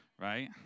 right